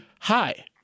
Hi